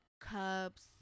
cups